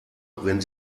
wenn